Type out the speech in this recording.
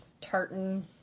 tartan